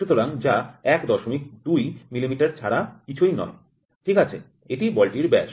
সুতরাং যা ১২ মিলিমিটার ছাড়া কিছুই নয় ঠিক আছে এটি বলটির ব্যাস